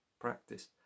practice